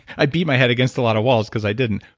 i beat my head against a lot of walls because i didn't.